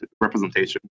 representation